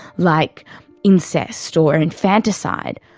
like incest or infanticide,